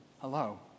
Hello